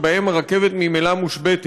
שבהן הרכבת ממילא מושבתת.